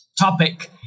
topic